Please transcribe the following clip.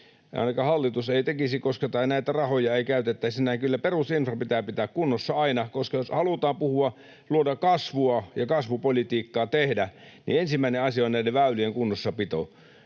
ainakaan hallitus ei tekisi ja että näitä rahoja ei käytettäisi näin. Kyllä perusinfra pitää pitää kunnossa aina, koska jos halutaan puhua, että luodaan kasvua, ja kasvupolitiikkaa tehdä, niin ensimmäinen asia on näiden väylien kunnossapito.